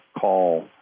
call